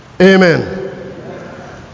amen